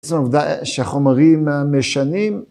זו עובדה שהחומרים משנים